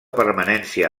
permanència